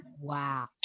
wow